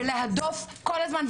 ולהדוף כל הזמן,